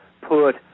put